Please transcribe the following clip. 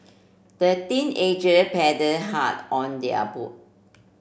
the teenager paddled hard on their boat